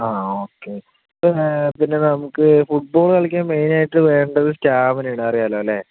okay പിന്നെ നമുക്ക് football കളിക്കാൻ മെയിനായിട്ട് വേണ്ടത് സ്റ്റാമിനയാണ് അറിയാല്ലോ അല്ലേ